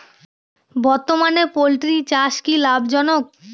বর্তমানে পোলট্রি চাষ কি লাভজনক?